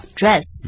dress